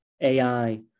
ai